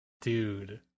Dude